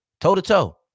toe-to-toe